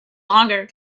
longer